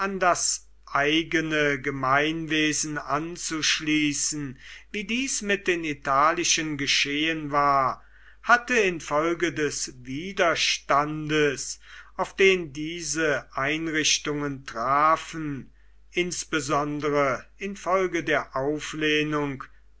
das eigene gemeinwesen anzuschließen wie dies mit den italischen geschehen war hatte infolge des widerstandes auf den diese einrichtungen trafen insbesondere infolge der auflehnung